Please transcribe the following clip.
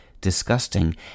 disgusting